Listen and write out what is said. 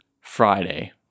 Friday